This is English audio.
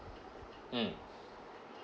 mm